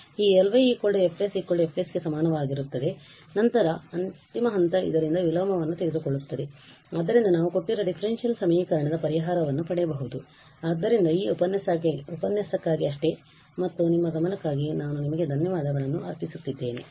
ತದನಂತರ ಅಂತಿಮ ಹಂತ ಇದರಿಂದ ವಿಲೋಮವನ್ನು ತೆಗೆದುಕೊಳ್ಳುತ್ತದೆ ಇದರಿಂದ ನಾವು ಕೊಟ್ಟಿರುವ ಡಿಫರೆನ್ಷಿಯಲ್ ಸಮೀಕರಣದ ಪರಿಹಾರವನ್ನು ಪಡೆಯಬಹುದು ಆದ್ದರಿಂದ ಈ ಉಪನ್ಯಾಸಕ್ಕಾಗಿ ಅಷ್ಟೆ ಮತ್ತು ನಿಮ್ಮ ಗಮನಕ್ಕಾಗಿ ನಾನು ನಿಮಗೆ ಧನ್ಯವಾದಗಳನ್ನು ಅರ್ಪಿಸುತ್ತೇನೆ